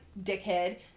dickhead